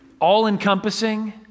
all-encompassing